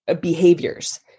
behaviors